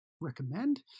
recommend